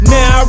Now